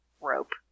rope